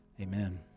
Amen